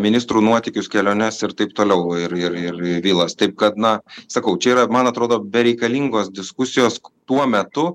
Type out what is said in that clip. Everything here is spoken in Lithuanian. ministrų nuotykius keliones ir taip toliau ir ir ir ir bylas taip kad na sakau čia yra man atrodo bereikalingos diskusijos tuo metu